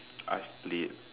I've played